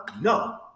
No